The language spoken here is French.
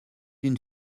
une